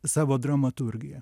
savo dramaturgiją